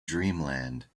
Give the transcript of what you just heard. dreamland